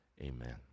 Amen